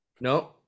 No